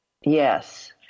Yes